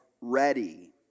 ready